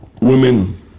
Women